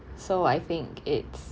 so I think it's